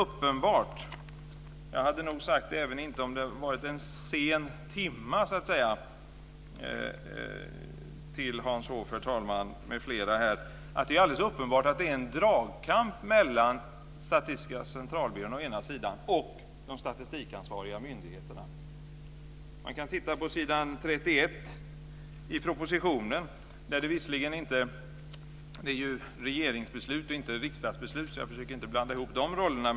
Även om timmen inte hade varit sen skulle jag ha sagt till Hans Hoff m.fl. här, herr talman, att det uppenbarligen finns en dragkamp mellan å ena sidan Statistiska centralbyrån och å andra sidan de statistikansvariga myndigheterna. Man kan titta på s. 31 i propositionen. Det är ju ett regeringsbeslut, och inte ett riksdagsbeslut, så jag ska inte blanda ihop de rollerna.